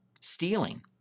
Stealing